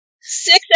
Six